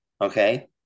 okay